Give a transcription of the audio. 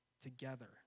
together